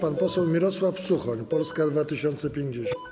Pan poseł Mirosław Suchoń, Polska 2050.